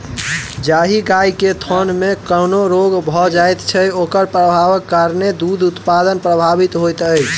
जाहि गाय के थनमे कोनो रोग भ जाइत छै, ओकर प्रभावक कारणेँ दूध उत्पादन प्रभावित होइत छै